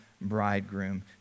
bridegroom